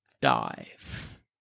dive